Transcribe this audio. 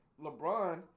LeBron